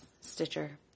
Stitcher